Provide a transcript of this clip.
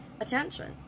attention